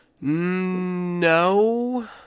No